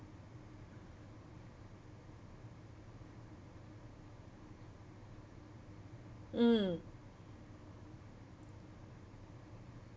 mm